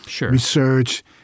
research